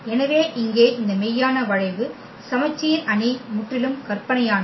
எனவே இங்கே இந்த மெய்யான வளைவு சமச்சீர் அணி முற்றிலும் கற்பனையானது